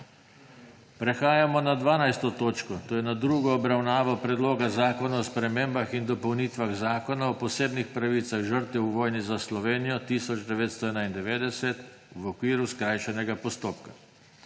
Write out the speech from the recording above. dnevnega reda, to je s tretjo obravnavo Predloga zakona o spremembah in dopolnitvah Zakona o posebnih pravicah žrtev v vojni za Slovenijo 1991v okviru skrajšanega postopka.